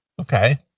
okay